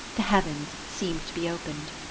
the heavens seemed to be opened.